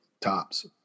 Tops